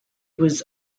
was